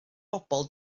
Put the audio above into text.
bobol